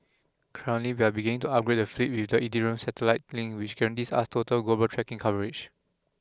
currently we are beginning to upgrade the fleet with the iridium satellite link which guarantees us total global tracking coverage